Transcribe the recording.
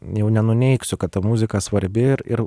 jau nenuneigsiu kad ta muzika svarbi ir ir